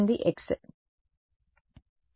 విద్యార్థి ఎందుకు ఇలా చేసాము